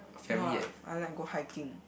no ah I like go hiking